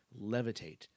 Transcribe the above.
levitate